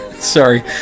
Sorry